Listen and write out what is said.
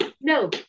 no